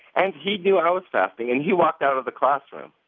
and he knew i was fasting, and he walked out of the classroom.